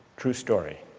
true story.